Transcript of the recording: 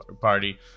party